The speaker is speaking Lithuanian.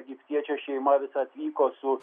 egiptiečių šeima visa atvyko su